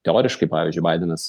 teoriškai pavyzdžiui baidenas